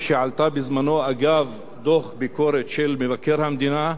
כשעלתה בזמנה אגב דוח ביקורת של מבקר המדינה,